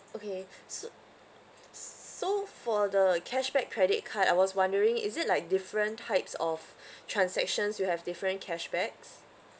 okay so so for the cashback credit card I was wondering is it like different types of transactions you have different cashbacks